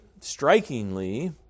strikingly